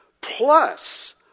plus